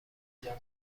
هیجان